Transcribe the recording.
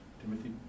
Timothy